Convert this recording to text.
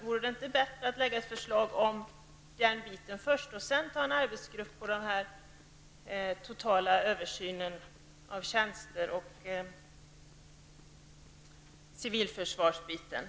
Vore det inte bättre att först lägga fram ett förslag om detta och sedan tillsätta en arbetsgrupp för en total översyn av tjänster och det civila försvaret?